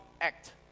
act